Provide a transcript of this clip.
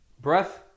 Breath